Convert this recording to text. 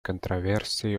controversy